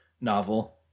novel